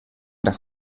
dass